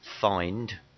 find